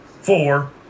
Four